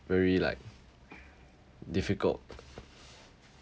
very like difficult